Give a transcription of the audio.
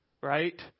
right